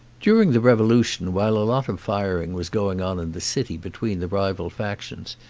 during the revolution, while a lot of firing was going on in the city between the rival factions,